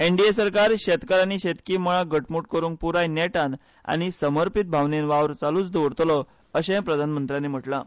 एनडीए सरकार शेतकार आनी शेतकी मळाक घटमूट करूंक पुराय नेटान आनी समर्पीत भावनेन वावर चालूच दवरतलो अशें प्रधानमंत्र्यांनी म्हणलां